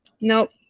Nope